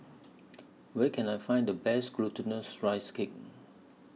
Where Can I Find The Best Glutinous Rice Cake